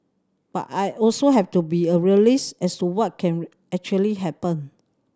but I also have to be a realist as to what can actually happen